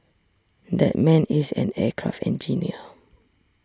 that man is an aircraft engineer